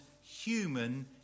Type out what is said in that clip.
human